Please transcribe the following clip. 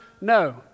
No